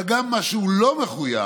אבל גם מה שהוא לא מחויב,